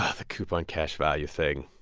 ah the coupon cash value thing.